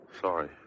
Sorry